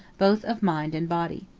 both of mind and body.